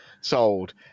sold